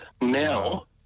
Now